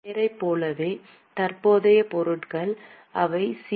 பெயரைப் போலவே பிற தற்போதைய பொறுப்புகள் அவை சி